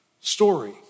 story